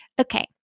Okay